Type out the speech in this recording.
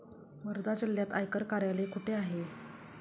वर्धा जिल्ह्यात आयकर कार्यालय कुठे आहे?